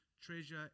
treasure